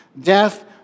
Death